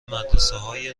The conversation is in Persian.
مدرسههای